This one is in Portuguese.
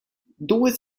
duas